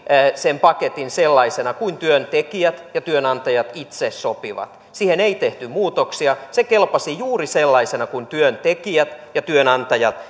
sen paketin sellaisena kuin työntekijät ja työnantajat itse sopivat siihen ei tehty muutoksia se kelpasi juuri sellaisena kuin työntekijät ja työnantajat